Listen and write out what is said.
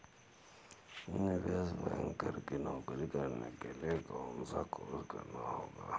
निवेश बैंकर की नौकरी करने के लिए कौनसा कोर्स करना होगा?